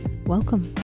Welcome